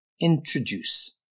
introduce